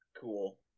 Cool